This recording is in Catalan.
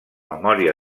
memòria